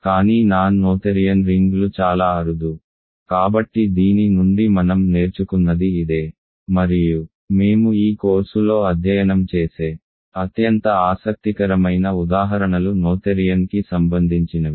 కానీ non Noetherian రింగ్లు చాలా అరుదు కాబట్టి దీని నుండి మనం నేర్చుకున్నది ఇదే మరియు మేము ఈ కోర్సులో అధ్యయనం చేసే అత్యంత ఆసక్తికరమైన ఉదాహరణలు నోథెరియన్ కి సంబందించినవి